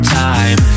time